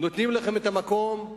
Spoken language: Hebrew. נותנים לכם את המקום,